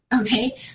Okay